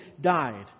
died